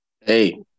hey